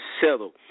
settle